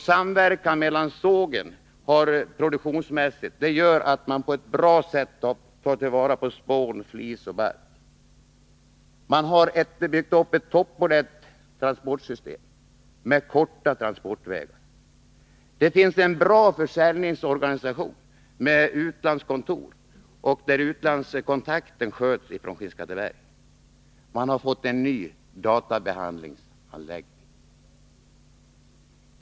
Samverkan mellan sågar produktionsmässigt gör att man på ett bra sätt tar vara på spån, flis och bark. Man har byggt upp ett toppmodernt transportsystem med korta transportvägar. Det finns en bra försäljningsorganisation med utlandskontor, och utlandskontakten sköts från Skinnskatteberg. Man har en ny databehandlingsanläggning.